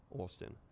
Austin